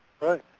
right